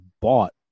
bought